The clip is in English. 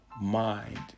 mind